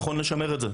נכון לשמר את זה.